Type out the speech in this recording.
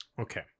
Okay